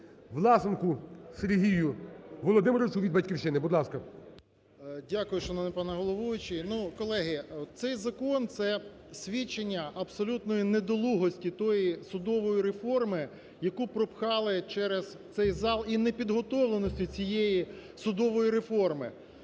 Власенку Сергію Володимировичу від "Батьківщини". Будь ласка. 13:19:04 ВЛАСЕНКО С.В. Дякую, шановний пане головуючий. Ну, колеги, цей закон – це свідчення абсолютної недолугості тієї судової реформи, яку пропхали через цей зал, і непідготовленості цієї судової реформи.